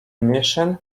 mission